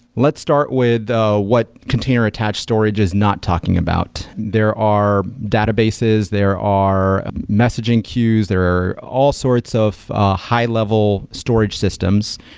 let's start with what container attached storage is not talking about. there are databases. there are messaging queues. there are all sorts of high-level storage systems,